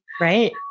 Right